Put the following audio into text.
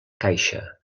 caixa